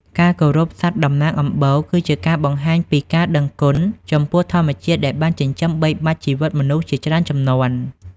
ការគោរពសត្វតំណាងអំបូរ គឺជាការបង្ហាញពីការដឹងគុណចំពោះធម្មជាតិដែលបានចិញ្ចឹមបីបាច់ជីវិតមនុស្សជាច្រើនជំនាន់។